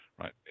Right